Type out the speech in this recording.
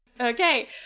Okay